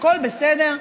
הכול בסדר.